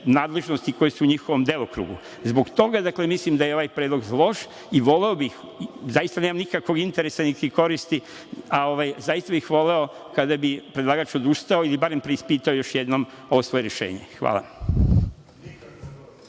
nadležnosti koje su u njihovom delokrugu. Zbog toga mislim da je ovaj predlog loš i voleo bih, zaista nemam nikakvog interesa, niti koristim, voleo bih kada bi predlagač odustao ili barem preispitao još jednom ovo svoje rešenje. Hvala.